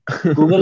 Google